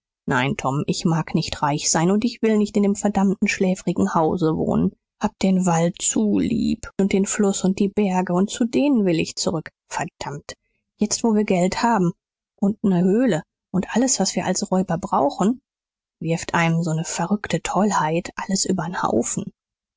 nein tom ich mag nicht reich sein und ich will nicht in dem verdammten schläfrigen hause wohnen hab den wald zu lieb und den fluß und die berge und zu denen will ich zurück verdammt jetzt wo wir geld haben und ne höhle und alles was wir als räuber brauchen wirft einem so ne verrückte tollheit alles übern haufen